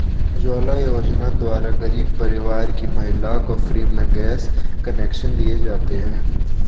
उज्जवला योजना द्वारा गरीब परिवार की महिलाओं को फ्री में गैस कनेक्शन दिए जाते है